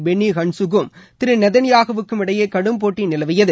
Penney கன்கக்கும் திரு நேதன்யாகுவுக்கும் கடும் போட்டி நிலவியது